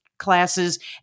classes